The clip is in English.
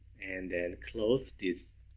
and then close this.